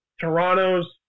Toronto's